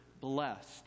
blessed